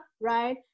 right